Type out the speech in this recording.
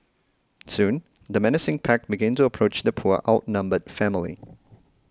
soon the menacing pack began to approach the poor outnumbered family